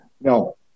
No